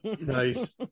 Nice